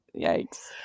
Yikes